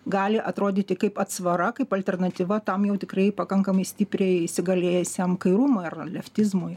gali atrodyti kaip atsvara kaip alternatyva tam jau tikrai pakankamai stipriai įsigalėjusiam kairumui ar leftizmui